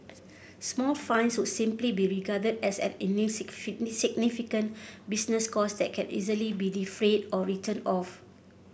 small fines would simply be regarded as an business cost that can easily be defrayed or written off